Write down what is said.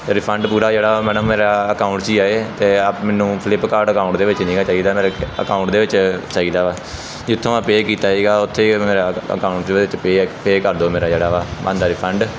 refund ਪੂਰਾ ਜਿਹੜਾ madam ਮੇਰਾ ਅਕਾਊਂਟ 'ਚ ਹੀ ਆਵੇ ਅਤੇ ਆਪ ਮੈਨੂੰ ਫਲਿੱਪਕਾਰਡ ਅਕਾਊਂਟ ਦੇ ਵਿੱਚ ਨਹੀਂ ਗਾ ਚਾਹੀਦਾ ਮੇਰੇ ਅਕਾਊਂਟ ਦੇ ਵਿੱਚ ਚਾਹੀਦਾ ਵਾ ਜਿੱਥੋਂ ਪੇ ਕੀਤਾ ਸੀਗਾ ਉੱਥੇ ਮੇਰਾ ਅਕਾਊਂਟ 'ਚ ਵਿੱਚ ਪੇ ਕਰ ਦਿਓ ਮੇਰਾ ਜਿਹੜਾ ਵਾ ਬਣਦਾ ਰਿਫੰਡ